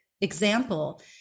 example